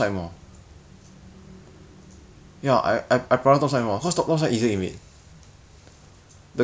ya but I de~ I lose then is I de-skill ya but they say [what] but who's the one getting babysitted